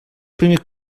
primer